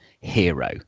hero